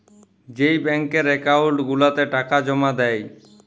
যেই ব্যাংকের একাউল্ট গুলাতে টাকা জমা দেই